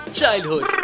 childhood